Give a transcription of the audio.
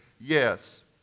Yes